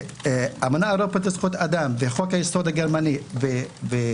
שהאמנה האירופית לזכויות אדם וחוק היסוד הגרמני והחוקה